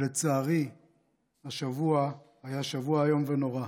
ולצערי השבוע היה שבוע איום ונורא.